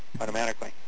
automatically